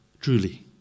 truly